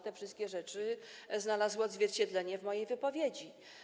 Te wszystkie rzeczy znalazły odzwierciedlenie w mojej wypowiedzi.